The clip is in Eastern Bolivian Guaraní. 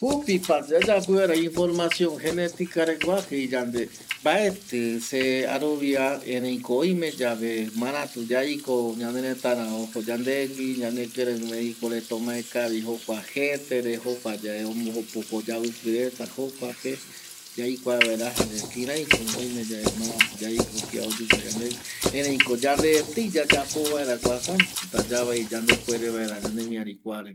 Jupi pa yayapo vaera información genetica regua jei yande mbaeti se arovia erei ko oime yave maratu yaiko yandereta ojo yandegüi yandekirei medico reta omae kavi jokua jetere opoko oyaviki reta jokua pe yaikua vaera kirei ko oime yave maratu yaiko kia oyuka yandegüiva erei ko yande etei yayapo vaera kua jata yavai yandepuere vaera yande miari vaera kuare